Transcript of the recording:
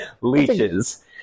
leeches